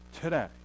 today